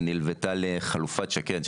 שנלוותה לחלופת שקד,